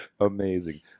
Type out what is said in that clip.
Amazing